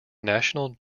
national